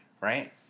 right